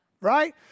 right